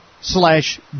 slash